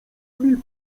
emil